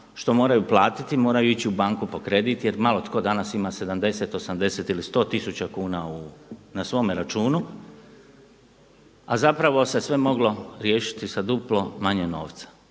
što moraju platiti moraju ići u banku po kredit jer malo tko danas ima 70, 80 ili 100 tisuća kuna na svome računu, a zapravo se sve moglo riješiti sa duplo manje novca.